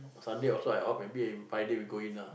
Sunday also I off maybe Friday we also going lah